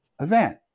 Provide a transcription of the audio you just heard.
event